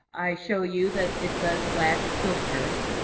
i show you that it says slash filters.